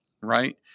Right